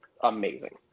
amazing